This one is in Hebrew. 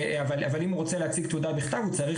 אבל אם הוא רוצה להציג תעודה בכתב הוא צריך